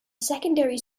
secondary